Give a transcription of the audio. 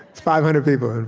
five hundred people and